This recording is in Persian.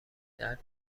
درد